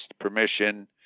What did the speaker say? permission